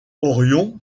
orion